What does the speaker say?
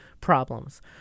problems